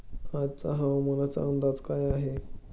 आजचा हवामानाचा अंदाज काय आहे?